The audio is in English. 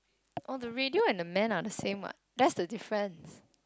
oh the radio and the man are the same what that's the difference